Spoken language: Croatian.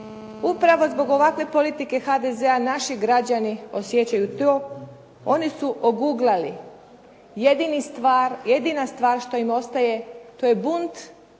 Upravo zbog ovakve politike HDZ-a naši građani osjećaju to, oni su oguglali. Jedina stvar što im ostaje to je bunt